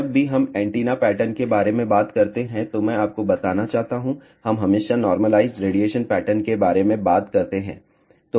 जब भी हम एंटीना पैटर्न के बारे में बात करते हैं तो मैं आपको बताना चाहता हूं हम हमेशा नार्मलाइज्ड रेडिएशन पैटर्न के बारे में बात करते हैं